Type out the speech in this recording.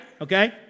Okay